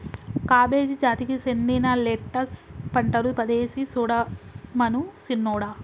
cabbage జాతికి సెందిన lettuce పంటలు పదేసి సుడమను సిన్నోడా